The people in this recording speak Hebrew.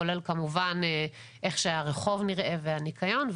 כולל איך שהרחוב נראה והניקיון.